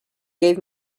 gave